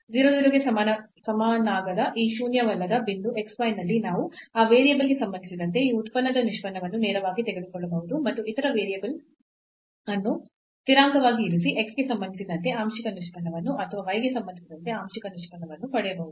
0 0 ಗೆ ಸಮನಾಗದ ಈ ಶೂನ್ಯವಲ್ಲದ ಬಿಂದು xy ನಲ್ಲಿ ನಾವು ಆ ವೇರಿಯೇಬಲ್ಗೆ ಸಂಬಂಧಿಸಿದಂತೆ ಈ ಉತ್ಪನ್ನದ ನಿಷ್ಪನ್ನವನ್ನು ನೇರವಾಗಿ ತೆಗೆದುಕೊಳ್ಳಬಹುದು ಮತ್ತು ಇತರ ವೇರಿಯಬಲ್ ಅನ್ನು ಸ್ಥಿರಾಂಕವಾಗಿ ಇರಿಸಿ x ಗೆ ಸಂಬಂಧಿಸಿದಂತೆ ಆಂಶಿಕ ನಿಷ್ಪನ್ನವನ್ನು ಅಥವಾ y ಗೆ ಸಂಬಂಧಿಸಿದಂತೆ ಆಂಶಿಕ ನಿಷ್ಪನ್ನವನ್ನು ಪಡೆಯಬಹುದು